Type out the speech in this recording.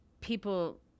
people